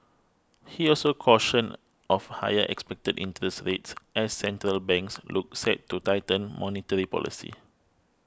he also cautioned of higher expected interest rates as central banks look set to tighten monetary policy